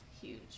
huge